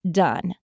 done